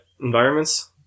environments